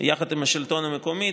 יחד עם השלטון המקומי,